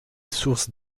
source